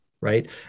right